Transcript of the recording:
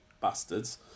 bastards